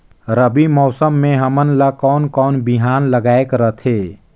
रबी मौसम मे हमन ला कोन कोन बिहान लगायेक रथे?